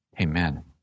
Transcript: Amen